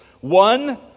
One